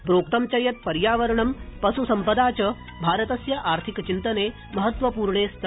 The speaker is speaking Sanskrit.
प्रोक्तं च यत् पर्यावरणं पशुसम्पदा च भारतस्य आर्थिकचिन्तने महत्त्वपूर्णे स्त